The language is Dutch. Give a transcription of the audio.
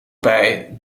bij